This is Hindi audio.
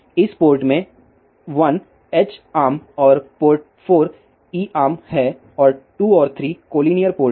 इस पोर्ट में 1 एच आर्म और पोर्ट 4 ई आर्म है और 2 और 3 कोलिनियर पोर्ट हैं